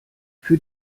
für